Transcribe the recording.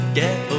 get